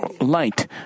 Light